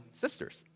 sisters